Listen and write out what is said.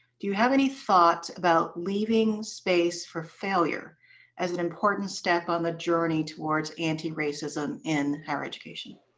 do you have any thought about leaving space for failure as an important step on the journey towards anti-racism in higher education?